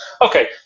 okay